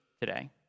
today